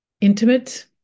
intimate